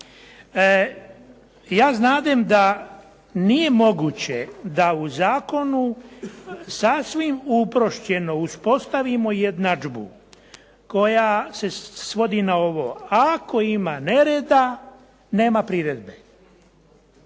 Ja znadem da nije moguće da u zakonu sasvim uprošćeno uspostavimo jednadžbu koja se svodi na ovo, ako ima nereda, nema priredbe.